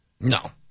No